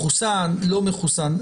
מחוסן, לא מחוסן.